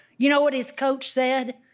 you know what his coach said?